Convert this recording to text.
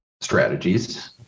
strategies